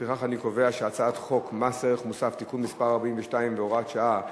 לפיכך אני קובע שהצעת חוק מס ערך מוסף (תיקון מס' 42 והוראת שעה),